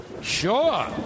Sure